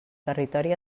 territori